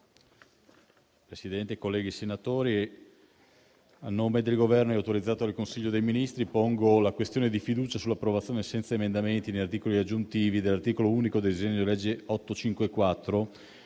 Presidente, onorevoli senatori, a nome del Governo, autorizzato dal Consiglio dei ministri, pongo la questione di fiducia sull'approvazione, senza emendamenti né articoli aggiuntivi, dell'articolo unico del disegno di legge n.